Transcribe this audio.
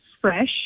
fresh